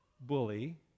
bully